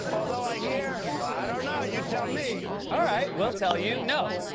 although i hear well, i don't know, you tell me. all right. we'll tell you. no.